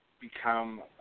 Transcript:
become